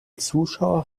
zuschauer